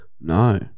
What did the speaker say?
No